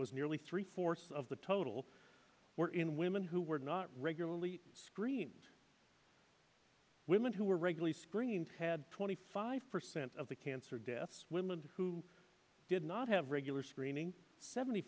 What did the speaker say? was nearly three fourths of the total were in women who were not regularly screened women who were regularly screenings had twenty five percent of the cancer deaths women who did not have regular screening seventy